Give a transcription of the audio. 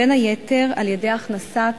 בין היתר על-ידי הכנסת